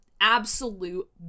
absolute